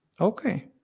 Okay